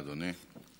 בבקשה, אדוני.